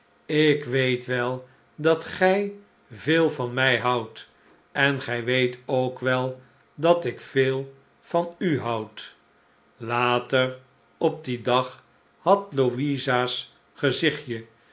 ik weet wel dat gij veel van mij houdt en gij weet ook wel dat ik veel van u houd later op dien dag had louisa's gezichtje